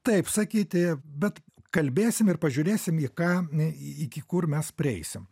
taip sakyti bet kalbėsim ir pažiūrėsim į ką iki kur mes prieisim